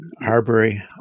Harbury